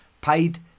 paid